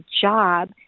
job